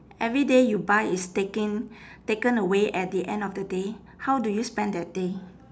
every day you buy is taking taken away at the end of the day how do you spend that day